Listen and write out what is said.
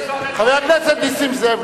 חבר הכנסת נסים זאב,